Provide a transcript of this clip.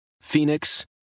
Phoenix